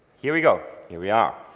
here we go. here we are.